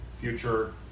future